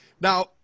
now